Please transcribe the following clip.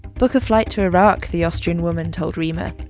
book a flight to iraq, the austrian woman told reema.